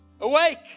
awake